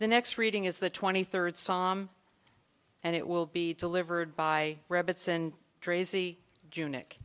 the next reading is the twenty third psalm and it will be to livered by robertson tracy june it